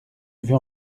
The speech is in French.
veux